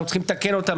אנחנו צריכים לתקן אותם,